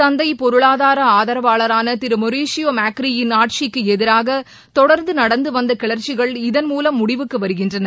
சந்தை பொருளாதார ஆதரவாளரான திரு மரிஷியோ மாக்ரியின் ஆட்சிக்கு எதிராக தொடர்ந்து நடந்து வந்த கிளர்ச்சிகள் இதன்மூலம் முடிவுக்கு வருகின்றன